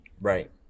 Right